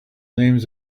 names